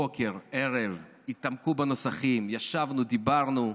בוקר, ערב, התעמקו בנוסחים, ישבנו, דיברנו,